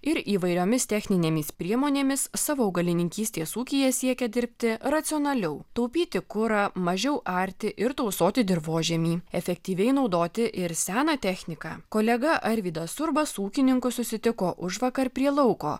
ir įvairiomis techninėmis priemonėmis savo augalininkystės ūkyje siekia dirbti racionaliau taupyti kurą mažiau arti ir tausoti dirvožemį efektyviai naudoti ir seną techniką kolega arvydas urba su ūkininku susitiko užvakar prie lauko